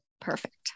Perfect